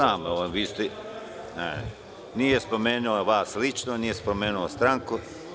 Znam, nije spomenuo vas lično, nije spomenuo stranku.